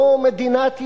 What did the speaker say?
לא מדינת ישראל.